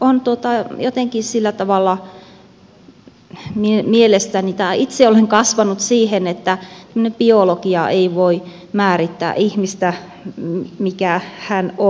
on mielestäni jotenkin sillä tavalla tai itse olen kasvanut siihen että biologia ei voi määrittää ihmistä sitä mikä hän on